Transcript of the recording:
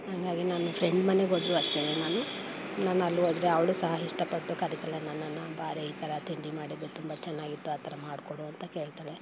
ಆಮೇಲೆ ನಾನು ಫ್ರೆಂಡ್ ಮನೆಗೋದ್ರೂ ಅಷ್ಟೇ ನಾನು ನಾನು ಅಲ್ಲೋದ್ರೆ ಅವಳು ಸಹ ಇಷ್ಟಪಟ್ಟು ಕರಿತಾಳೆ ನನ್ನನ್ನು ಬಾರೇ ಈ ಥರ ತಿಂಡಿ ಮಾಡಿದ್ದೆ ತುಂಬ ಚೆನ್ನಾಗಿತ್ತು ಆ ಥರ ಮಾಡಿಕೊಡು ಅಂತ ಕೇಳ್ತಾಳೆ